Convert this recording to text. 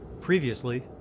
Previously